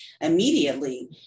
immediately